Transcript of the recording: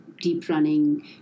deep-running